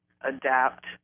adapt